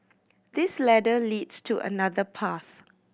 this ladder leads to another path